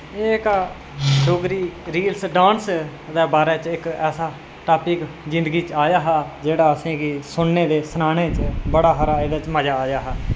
एह् जेह्का Dogri reels dance दे बारे च इक ऐसा टापिक जिन्दगी च आया हा जेह्ड़ा असेंगी सुनने दे सनाने च एह्दे च बड़ा सारा मजा आया हा